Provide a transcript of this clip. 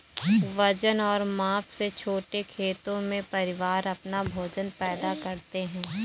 वजन और माप से छोटे खेतों में, परिवार अपना भोजन पैदा करते है